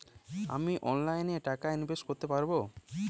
আমি অনলাইনে টাকা ইনভেস্ট করতে পারবো?